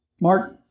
Mark